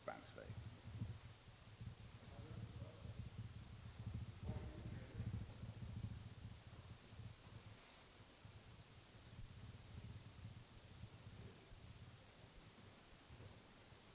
Och än en gång får jag slå fast släpvagnarnas kortare utnyttjningstid.